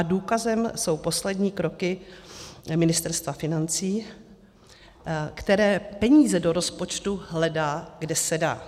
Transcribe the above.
Důkazem jsou poslední kroky Ministerstva financí, které peníze do rozpočtu hledá, kde se dá.